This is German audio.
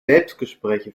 selbstgespräche